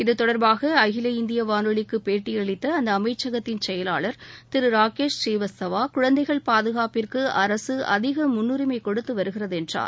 இது தொடர்பாக அகில இந்திய வானொலிக்கு பேட்டியளித்த அந்த அமைச்சகத்தின் செயலாளர் திரு ராகேஷ் ஸ்ரீவஸ்தவா குழந்தைகள் பாதுகாப்பிற்கு அரசு அதிக முன்னுரிமை கொடுத்து வருகிறது என்றார்